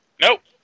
Nope